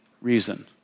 reason